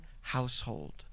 household